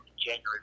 January